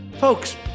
Folks